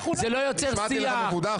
זה לא יוצר שיח.